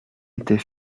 était